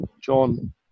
John